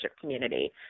community